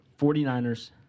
49ers